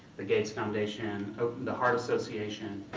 the gates foundation, um the heart association.